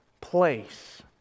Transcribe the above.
place